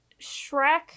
Shrek